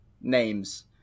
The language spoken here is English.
names